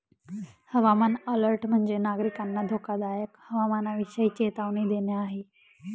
हवामान अलर्ट म्हणजे, नागरिकांना धोकादायक हवामानाविषयी चेतावणी देणे आहे